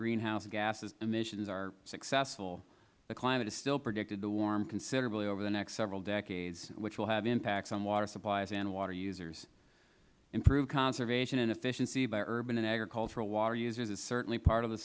greenhouse gas emissions are successful the climate is still predicted to warm considerably over the next several decades which will have impacts on water supplies and water users improved conservation and efficiency by urban and agricultural water users is certainly part of the